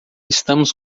estamos